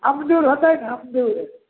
अमरूद होतै ने अमरूद